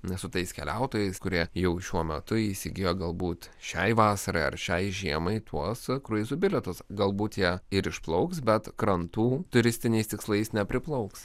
ne su tais keliautojais kurie jau šiuo metu įsigijo galbūt šiai vasarai ar šiai žiemai tuos kruizo bilietus galbūt jie ir išplauks bet krantų turistiniais tikslais nepriplauks